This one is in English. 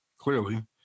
clearly